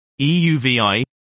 EUVI